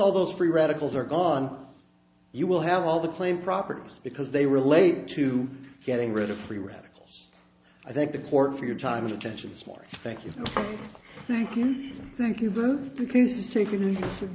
all those free radicals are gone you will have all the claim properties because they relate to getting rid of free radicals i think the court for your time and attention is more thank you thank you thank you